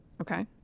Okay